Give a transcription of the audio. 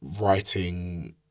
writing